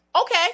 okay